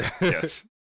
Yes